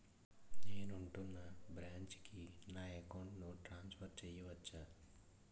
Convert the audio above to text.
నేను ఉంటున్న బ్రాంచికి నా అకౌంట్ ను ట్రాన్సఫర్ చేయవచ్చా?